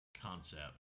concept